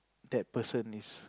that person is